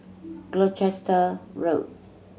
Gloucester Road